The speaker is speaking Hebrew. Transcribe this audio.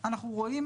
אנחנו משווים